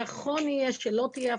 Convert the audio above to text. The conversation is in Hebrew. נכון יהיה שלא תהיה אפליה.